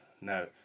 Now